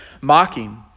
mocking